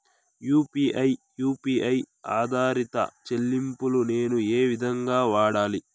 UPI U P I ఆధారిత చెల్లింపులు నేను ఏ విధంగా వాడాలి?